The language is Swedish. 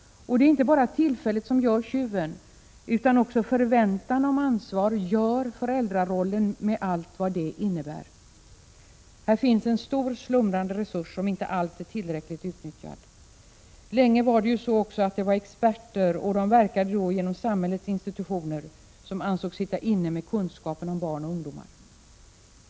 Det är inte bara tillfället som gör tjuven, utan också förväntan om ansvar gör föräldrarollen med allt vad den innebär. Här finns en stor, slumrande resurs, som inte alls är tillräckligt utnyttjad. Länge var det ju experter — och de verkade genom samhällets institutioner — som ansågs sitta inne med kunskapen om barn och ungdomar.